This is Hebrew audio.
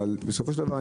אבל בסופו של דבר,